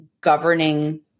governing